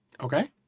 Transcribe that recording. okay